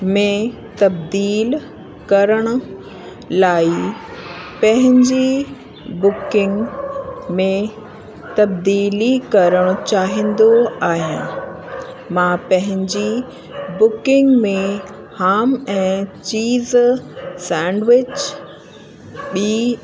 में तब्दील करण लाइ पंहिंजी बुकिंग में तब्दीली करणु चाहींदो आहियां मां पंहिंजी बुकिंग में हाम ऐं चीज़ सेंडविच बि